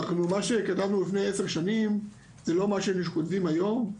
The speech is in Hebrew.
מה שכתבנו לפני עשר שנים זה לא מה שהיינו כותבים היום,